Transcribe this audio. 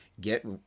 get